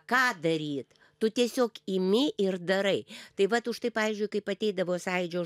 ką daryt tu tiesiog imi ir darai tai vat už štai pavyzdžiui kaip ateidavo sąjūdžio